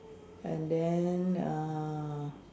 and then err